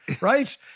right